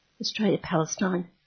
Australia-Palestine